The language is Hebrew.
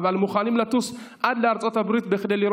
אבל מוכנים לטוס עד לארצות הברית כדי לראות